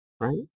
right